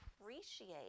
appreciate